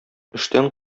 эштән